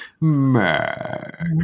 Mac